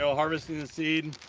so harvesting the seed.